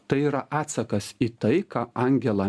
tai yra atsakas į tai ką angela